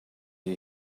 you